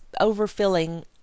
overfilling